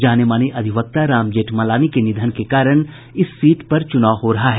जाने माने अधिवक्ता राम जेठमलानी के निधन के कारण इस सीट पर चुनाव हो रहा है